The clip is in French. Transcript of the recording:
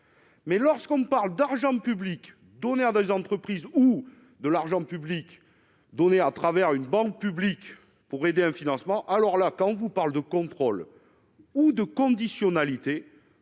Mais lorsqu'on parle d'argent public d'honneur de entreprises ou de l'argent public donné à travers une banque publique pour aider un financement, alors là, quand on vous parle de contrôle ou de conditionnalité